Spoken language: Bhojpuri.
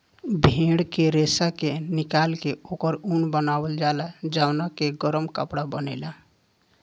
भेड़ के रेशा के निकाल के ओकर ऊन बनावल जाला जवना के गरम कपड़ा बनेला